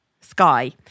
sky